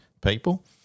people